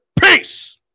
Peace